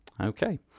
Okay